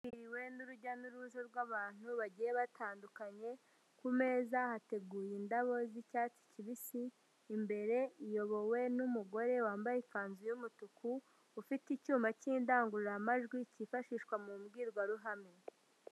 Yitabiriwe n'urujya n'uruza rw'abantu bagiye batandukanye, ku meza hateguye indabo z'icyatsi kibisi, imbere iyobowe n'umugore wambaye ikanzu y'umutuku ufite icyuma cy'indangururamajwi, cyifashishwa mu mbwirwaruhame.